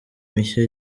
mishya